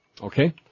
Okay